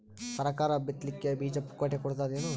ಸರಕಾರ ಬಿತ್ ಲಿಕ್ಕೆ ಬೀಜ ಪುಕ್ಕಟೆ ಕೊಡತದೇನು?